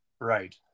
Right